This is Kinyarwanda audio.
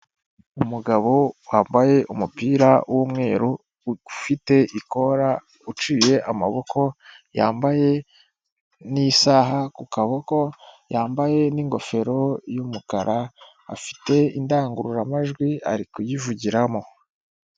Umugabo wambaye umupira w'umweru ufite ikora uciye amaboko yambaye n'isaha ku kaboko, yambaye n'ingofero y'umukara, afite indangururamajwi ari kuyivugiramo.